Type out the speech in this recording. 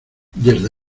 desde